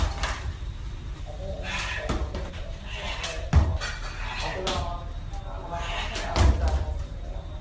ᱟᱪᱪᱷᱟ ᱟᱫᱚ ᱚᱱᱮ ᱯᱮᱲᱟ ᱠᱚᱠᱚ ᱦᱤᱡᱩᱜ ᱠᱟᱱᱟ ᱛᱚ ᱟᱫᱚ ᱚᱱᱛᱮ ᱫᱟᱬᱟᱵᱟᱲᱟ ᱞᱮᱠᱟ ᱪᱟᱞᱟᱣ ᱠᱚᱜᱼᱟ ᱦᱩᱱᱟᱹᱝ ᱟᱨ ᱪᱟ ᱠᱚᱦᱚᱸ ᱞᱮ ᱧᱩ ᱛᱟᱨᱟᱭᱟ ᱦᱩᱱᱟᱹᱝ